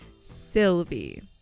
Sylvie